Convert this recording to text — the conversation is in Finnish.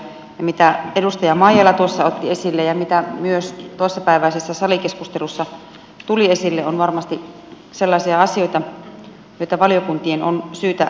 kuten edustaja maijala tuossa otti esille ja myös toissapäiväisessä salikeskustelussa tuli esille on varmasti sellaisia asioita joita valiokuntien on syytä pohtia